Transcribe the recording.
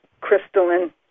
crystalline